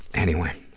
anyway.